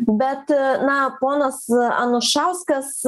bet na ponas anušauskas